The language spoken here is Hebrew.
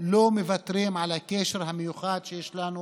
לא מוותרים על הקשר המיוחד שיש לנו